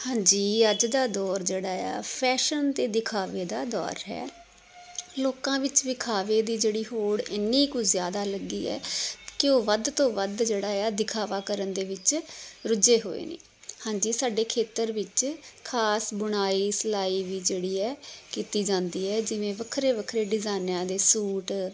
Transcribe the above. ਹਾਂਜੀ ਅੱਜ ਦਾ ਦੌਰ ਜਿਹੜਾ ਆ ਫੈਸ਼ਨ ਅਤੇ ਦਿਖਾਵੇ ਦਾ ਦੌਰ ਹੈ ਲੋਕਾਂ ਵਿੱਚ ਵਿਖਾਵੇ ਦੀ ਜਿਹੜੀ ਹੋੜ ਇੰਨੀ ਕੁ ਜ਼ਿਆਦਾ ਲੱਗੀ ਹੈ ਕਿ ਉਹ ਵੱਧ ਤੋਂ ਵੱਧ ਜਿਹੜਾ ਆ ਦਿਖਾਵਾ ਕਰਨ ਦੇ ਵਿੱਚ ਰੁੱਝੇ ਹੋਏ ਨੇ ਹਾਂਜੀ ਸਾਡੇ ਖੇਤਰ ਵਿੱਚ ਖ਼ਾਸ ਬੁਣਾਈ ਸਿਲਾਈ ਵੀ ਜਿਹੜੀ ਹੈ ਕੀਤੀ ਜਾਂਦੀ ਹੈ ਜਿਵੇਂ ਵੱਖਰੇ ਵੱਖਰੇ ਡਿਜ਼ਾਇਨਾਂ ਦੇ ਸੂਟ